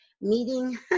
meeting